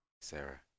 Sarah